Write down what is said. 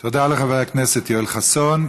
תודה לחבר הכנסת יואל חסון.